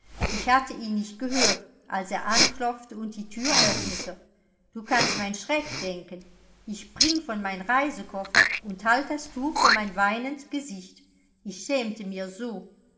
ich hatte ihn nicht gehört als er anklopfte und die thür öffnete du kannst mein schreck denken ich spring von mein reisekoffer und halt das tuch vor mein weinend gesicht ich schämte mir so